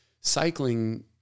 cycling